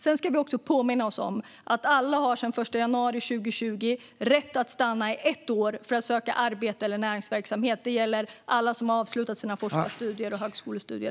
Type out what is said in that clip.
Sedan ska vi också påminna oss om att alla sedan den 1 januari 2020 har rätt att stanna i ett år för att söka arbete eller starta näringsverksamhet. Det gäller alla som har avslutat sina forskarstudier och högskolestudier.